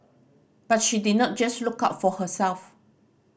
but she did not just look out for herself